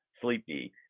sleepy